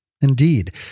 Indeed